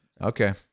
Okay